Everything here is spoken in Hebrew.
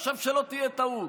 עכשיו, שלא תהיה טעות: